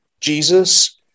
Jesus